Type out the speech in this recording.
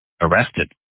arrested